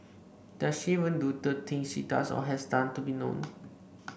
does she even do the things she does or has done to be known